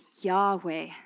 Yahweh